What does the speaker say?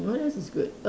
what else is good